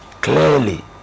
clearly